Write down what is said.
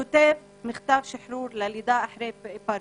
כותב מכתב שחרור ללידה אחרי פרכוס,